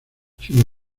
sino